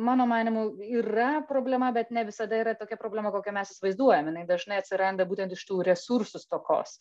mano manymu yra problema bet ne visada yra tokia problema kokią mes įsivaizduojam jinai dažnai atsiranda būtent iš tų resursų stokos